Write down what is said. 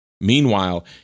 Meanwhile